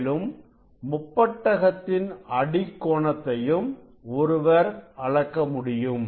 மேலும் முப்பட்டகத்தின் அடிக்கோணத்தையும் ஒருவர் அளக்க முடியும்